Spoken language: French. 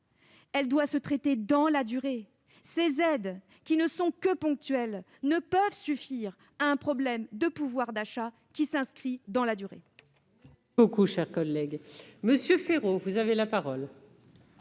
doit se traiter dans la durée. Or ces aides, qui ne sont que ponctuelles, ne peuvent suffire à résoudre un problème de pouvoir d'achat qui s'inscrit dans la durée.